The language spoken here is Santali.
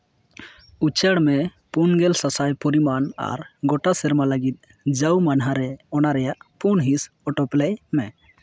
ᱩᱪᱟᱹᱲ ᱢᱮ ᱯᱩᱱ ᱜᱮᱞ ᱥᱟᱥᱟᱭ ᱯᱚᱨᱤᱢᱟᱱ ᱟᱨ ᱜᱳᱴᱟ ᱥᱮᱨᱢᱟ ᱞᱟᱹᱜᱤᱫ ᱡᱟᱣ ᱢᱟᱱᱦᱟ ᱨᱮ ᱚᱱᱟ ᱨᱮᱭᱟᱜ ᱯᱩᱱ ᱦᱤᱸᱥ ᱚᱴᱳᱼᱯᱞᱮᱭ ᱢᱮ